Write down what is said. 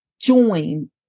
join